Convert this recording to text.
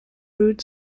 rood